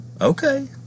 okay